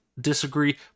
disagree